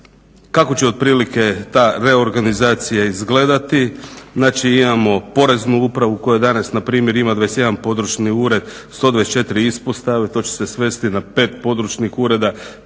kako će otprilike ta reorganizacija izgledati? Znači imamo Poreznu upravu koja danas npr. ima 21 područni ured, 124 ispostave. To će se svesti na 5 područnih ureda,